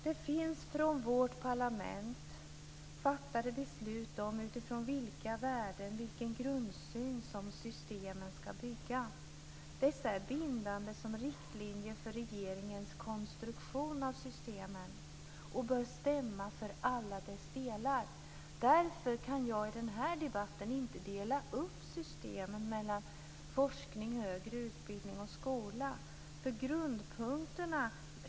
Det finns från vårt parlament fattade beslut om vilka värden, vilken grundsyn, systemen ska bygga på. Dessa är bindande som riktlinjer för regeringens konstruktion av systemen och bör stämma för alla dess delar. Därför kan jag i den här debatten inte dela upp systemen mellan forskning, högre utbildning och skola.